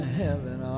heaven